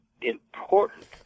important